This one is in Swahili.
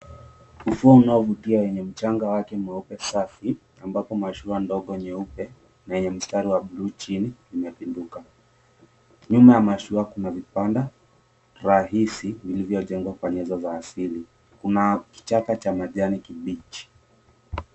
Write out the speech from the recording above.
Ufuo unaovutia yenye mchanga wake mweupe safi ambapo mashua ndogo nyeupe na yenye mistari wa buluu chini limepinduka. Nyuma ya mashua kuna vibanda rahisi vilivyo jengwa kwa meza za asili. Kuna kichaka cha majani kibichi.